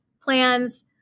plans